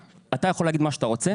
אתה יכול להגיד מה שאתה רוצה,